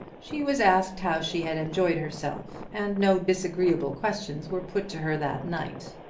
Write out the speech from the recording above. she was asked how she had enjoyed herself, and no disagreeable questions were put to her that night.